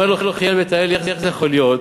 אומר לו חיאל בית האלי: איך יכול להיות